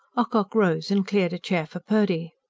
ocock rose and cleared a chair for purdy.